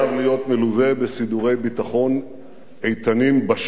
כל הסכם חייב להיות מלווה בסידורי ביטחון איתנים בשטח.